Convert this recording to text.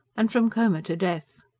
and from coma to death.